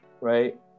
right